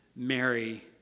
Mary